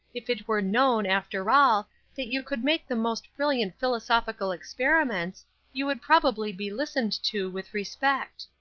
if it were known after all that you could make the most brilliant philosophical experiments you would probably be listened to with respect.